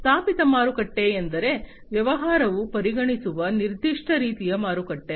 ಸ್ಥಾಪಿತ ಮಾರುಕಟ್ಟೆ ಎಂದರೆ ವ್ಯವಹಾರವು ಪರಿಗಣಿಸುವ ನಿರ್ದಿಷ್ಟ ರೀತಿಯ ಮಾರುಕಟ್ಟೆ